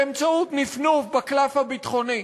באמצעות נפנוף בקלף הביטחוני.